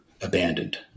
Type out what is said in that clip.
abandoned